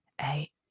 eight